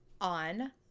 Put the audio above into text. on